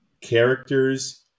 characters